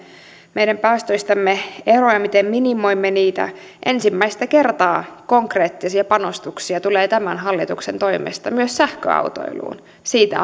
meidän päästöistämme eroon ja miten minimoimme niitä ensimmäistä kertaa konkreettisia panostuksia tulee tämän hallituksen toimesta myös sähköautoiluun siitä